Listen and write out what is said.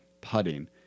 putting